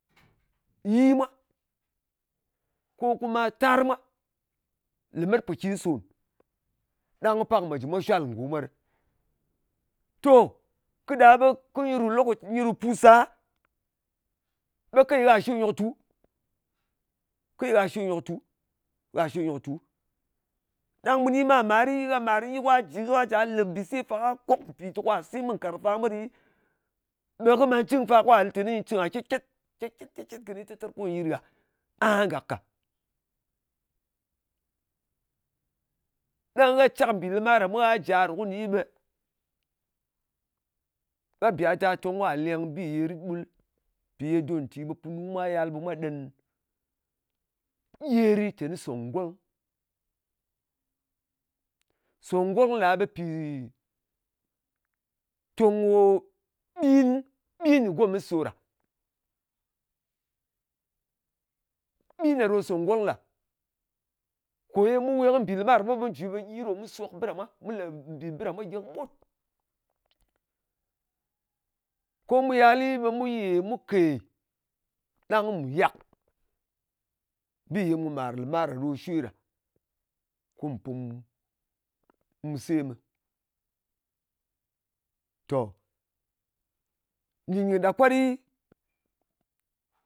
yi mwa, ko kuma tar mwa lemet pokin sòn, ɗang ko pak ɓe mwa jɨ mwa shwal ngo mwa ɗɨ. To, kɨ ɗa ɓe ko nyɨ ru loko, nyɨ ru pus sa ɓe kei, gha shwe nyoktu. Gha shwe nyòktu. Ɗang mu ni mar-marɨ, gha màr nyi, kwa ja lè mbìse fa, kwa kòk mpìte kwa sem kɨ nkàrng fa mwa ɗɨ, ɓe kɨ man cɨng fa kwa lɨ teni cɨng gha ket-ket, ket-ket, ket-ket kɨni tɨr-tɨr kɨni kuwi yɨt gha aha gàk ka. Ɗang gha cyak mbì lɨmar ɗa mwa ka nja ru kɨni, ɓe gha bè gha da tong ka leng bi ye rit ɓul. Mpì ye dɔn nti ɓe punu mwa yal ɓe mwa ɗen gyeri, teni sòngolng. Sòngolng ɗa ɓe tong ko pì, ɓin kɨ gomɨs ɗo ɗa. Ɓin ɗa ɗo sòngolng ɗa. Kò ye mu we kɨ mbì lɨmar ɗa mwa mu ji, ɓe gyi ɗò mu sok bɨ ɗa mwa gyi kɨɓut. Ko mu yali ɓe mu yè mu yak bi ye mu màr nlɨmar ɗa, ɗo shwe ɗa, kùm mu semɨ. To, nɗin kɨ ɗa kwat ɗɨ